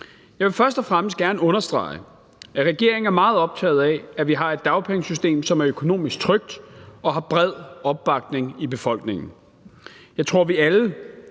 Jeg vil først og fremmest gerne understrege, at regeringen er meget optaget af, at vi har et dagpengesystem, som er økonomisk trygt og har bred opbakning i befolkningen. Jeg tror, at vi alle